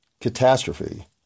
catastrophe